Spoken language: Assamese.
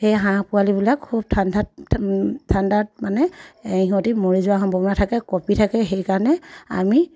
সেই হাঁহ পোৱালিবিলাক খুব ঠাণ্ডাত ঠাণ্ডাত মানে ইহঁতে মৰি যোৱা সম্ভাৱনা থাকে কঁপি থাকে সেইকাৰণে আমি